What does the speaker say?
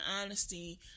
honesty